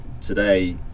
today